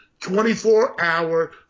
24-hour